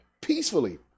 peacefully